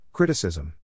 Criticism